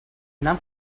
not